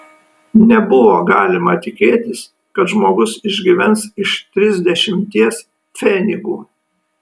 nebuvo galima tikėtis kad žmogus išgyvens iš trisdešimties pfenigų